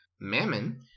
Mammon